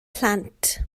plant